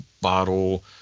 bottle